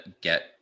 get